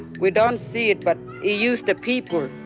we don't see it, but you used to people.